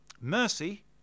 Mercy